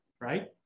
right